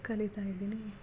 ಕಲೀತಾ ಇದೀನಿ